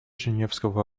женевского